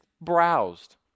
browsed